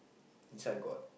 inside got